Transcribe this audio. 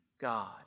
God